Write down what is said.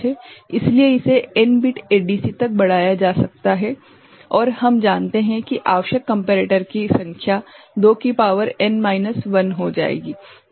इसलिए इसे n bit ADC तक बढ़ाया जा सकता है और हम जानते हैं कि आवश्यक कम्पेरेटर की संख्या 2 की शक्ति n 1 हो जाएगी